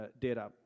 data